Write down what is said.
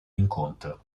incontro